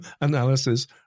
analysis